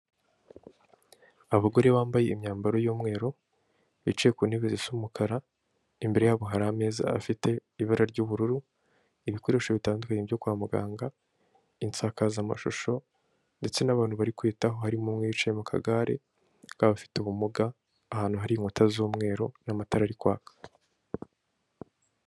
Abagore bambaye imyambaro y'umweru, bicaye ku ntebe zisa umukara, imbere yabo hari ameza afite ibara ry'ubururu, ibikoresho bitandukanye byo kwa muganga, insakazamashusho, ndetse n'abantu bari kwitaho, harimo uwicaye mu kagare akaba abafite ubumuga, ahantu hari inkuta z'umweru n'amatara ari kwaka.